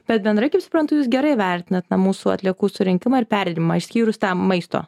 bet bendrai kaip suprantu jūs gerai vertinat na mūsų atliekų surinkimą ir perdirbimą išskyrus tą maisto